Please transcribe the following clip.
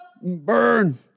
burn